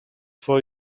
for